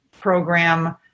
program